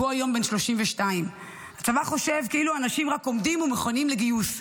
והוא היום בן 32. הצבא חושב כאילו אנשים רק עומדים ומוכנים לגיוס,